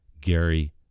Gary